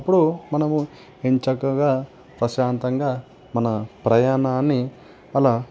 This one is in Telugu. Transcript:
అప్పుడు మనము ఇంచక్కగా ప్రశాంతంగా మన ప్రయాణాన్ని అలా